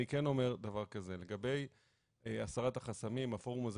אני כן אומר דבר כזה: לגבי הסרת החסמים הפורום הזה